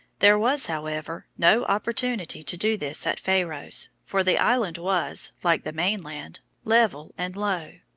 there was, however, no opportunity to do this at pharos for the island was, like the main land, level and low.